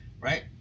right